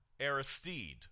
Aristide